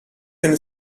and